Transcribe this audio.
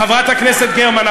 חברת הכנסת גרמן,